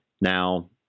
Now